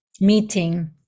meeting